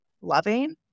loving